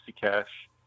cash